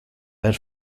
per